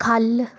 ख'ल्ल